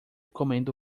comendo